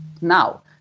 now